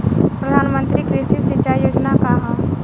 प्रधानमंत्री कृषि सिंचाई योजना का ह?